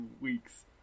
weeks